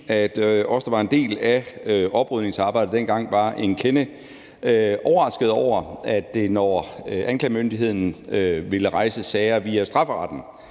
at os, der var en del af oprydningsarbejdet dengang, var en kende overraskede over, at det var sådan, at når anklagemyndigheden ville rejse sager via strafferetten,